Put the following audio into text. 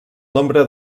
nombre